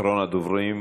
אחרון הדוברים.